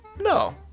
No